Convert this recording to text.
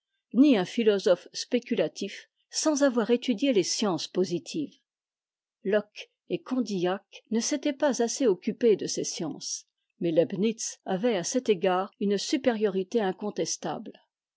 ni un philosophe spéculatif sans avoir étudié les sciences positives locke et condillac ne s'étaient pas assez occupés de ces sciences mais leibnitz avait à cet égard une supériorité incontestable